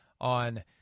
on